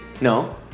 No